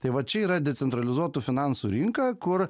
tai va čia yra decentralizuotų finansų rinka kur